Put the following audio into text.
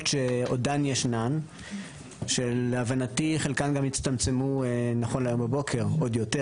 שעודן ישנן שלהבנתי חלקן גם הצטמצמו נכון להבוקר עוד יותר